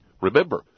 Remember